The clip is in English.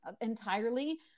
entirely